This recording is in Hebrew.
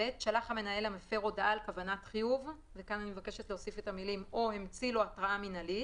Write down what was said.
(ב) שלח המנהל למפר הודעה על כוונת חיוב או המציא לו התראה מינהלית